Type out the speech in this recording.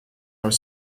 are